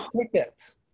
tickets